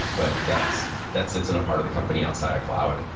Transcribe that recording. but that's that's sits in a part of the company outside a cloud.